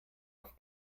auf